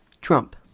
Trump